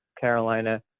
Carolina